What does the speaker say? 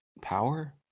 Power